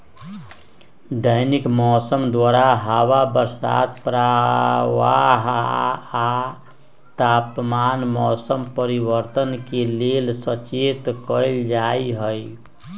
दैनिक मौसम द्वारा हवा बसात प्रवाह आ तापमान मौसम परिवर्तन के लेल सचेत कएल जाइत हइ